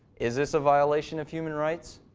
is this a violation of human rights?